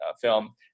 film